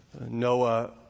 Noah